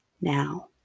now